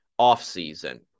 offseason